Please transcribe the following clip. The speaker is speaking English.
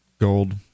Gold